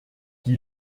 die